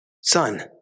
Son